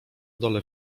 dole